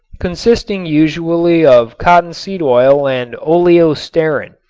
consisting usually of cottonseed oil and oleo-stearin,